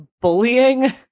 bullying